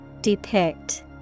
depict